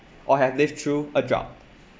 or have lived through a drought